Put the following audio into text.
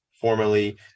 formerly